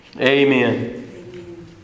Amen